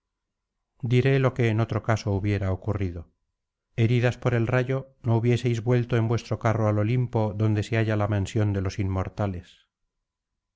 diré lo que en otro caso hubiera ocurrido heridas por el rayo no hubieseis vuelto en vuestro carro al olimpo donde se halla la mansión de los inmortales